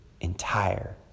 entire